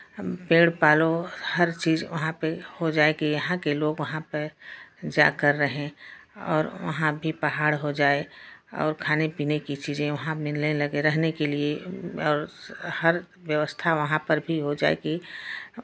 हम पेड़ पालो हर चीज़ वहाँ पे हो जाए कि यहाँ के लोग वहाँ पर जाकर रहें और वहाँ भी पहाड़ हो जाए और खाने पीने की चीज़ें वहाँ मिलने लगे रहने के लिए और हर व्यवस्था वहाँ पर भी हो जाए कि